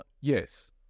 yes